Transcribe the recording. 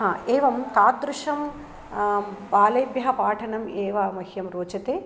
हा एवं तादृशं बालेभ्यः पाठनम् एव मह्यं रोचते